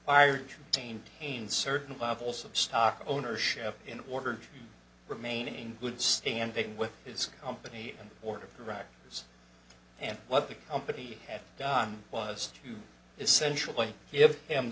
fired again in certain levels of stock ownership in order to remain in good standing with his company and the board of directors and what the company had done was to essentially